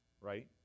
right